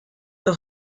the